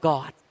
God